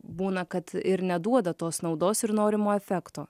būna kad ir neduoda tos naudos ir norimo efekto